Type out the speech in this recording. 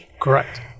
correct